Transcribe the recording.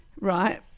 right